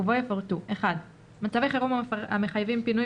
ובו יפורטו: (1) מצבי חירום המחייבים פינוי